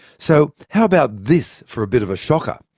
so how about this for a bit of a shocker?